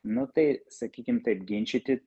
nu tai sakykim taip ginčyti